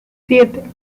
siete